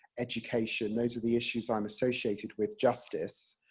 education those are the issues i'm associated with, justice.